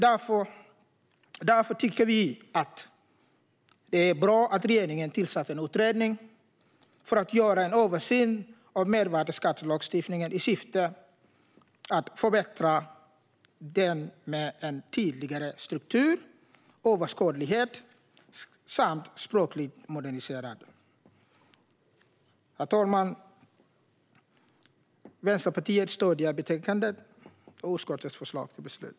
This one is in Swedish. Därför tycker vi att det är bra att regeringen har tillsatt en utredning för att göra en översyn av mervärdesskattelagstiftningen i syfte att förbättra den med en tydligare struktur, överskådlighet samt språklig modernisering. Herr talman! Vänsterpartiet stöder betänkandet och utskottets förslag till beslut.